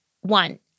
One